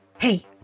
Hey